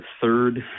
third